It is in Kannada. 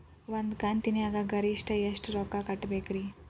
ಒಂದ್ ಕಂತಿನ್ಯಾಗ ಗರಿಷ್ಠ ಎಷ್ಟ ರೊಕ್ಕ ಕಟ್ಟಬೇಕ್ರಿ?